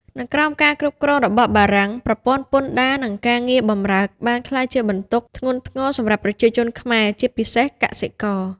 នៅក្រោមការគ្រប់គ្រងរបស់បារាំង ប្រព័ន្ធពន្ធដារ និងការងារបម្រើបានក្លាយជាបន្ទុកធ្ងន់ធ្ងរសម្រាប់ប្រជាជនខ្មែរ ជាពិសេសកសិករ។